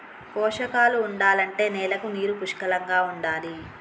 పోషకాలు ఉండాలంటే నేలకి నీరు పుష్కలంగా ఉండాలి